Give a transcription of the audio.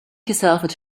yourselves